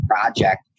project